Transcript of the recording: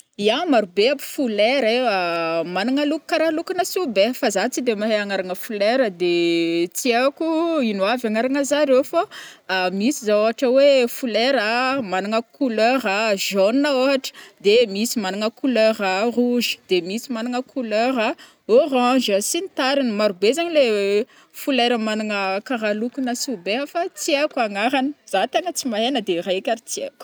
Ya marobe aby folera ai managna loko kara lokona sobeha fa zah tsy de mahay anaragna folera de tsy aiko ino avy anaragna zare fô misy zao ôhatra oe folera managna couleur jaune ôhatra de misy magnagna couleur rouge de misy managna couleur orange sy ny tariny marobe be zagny le folera managna kara lokona sobeha fa tsy aiko anarangy zah tegna tsy mahay na de raika ary tsy aiko.